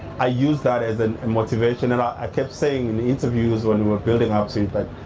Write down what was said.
i used that as a motivation and i kept saying in interviews when we were building up to it, but